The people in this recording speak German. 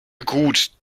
gut